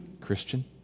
Christian